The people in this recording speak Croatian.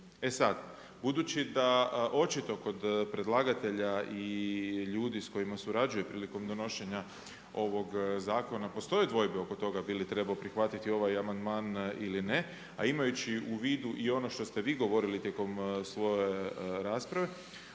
E sad, budući da očito kod predlagatelja i ljudi s kojima surađuje prilikom donošenja ovog zakona postoje dvojbe oko toga bi li trebao prihvatiti ovaj amandman ili ne a imajući u vidu i ono što ste vi govorili tijekom sve rasprave